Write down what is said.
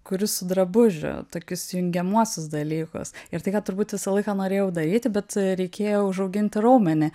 kuriu su drabužiu tokius jungiamuosius dalykus ir tai kad turbūt visą laiką norėjau daryti bet reikėjo užauginti raumenį